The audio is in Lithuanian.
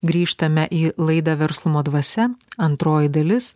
grįžtame į laidą verslumo dvasia antroji dalis